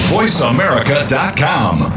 VoiceAmerica.com